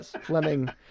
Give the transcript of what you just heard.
fleming